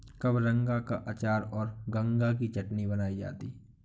कबरंगा का अचार और गंगा की चटनी बनाई जाती है